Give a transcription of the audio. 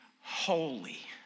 holy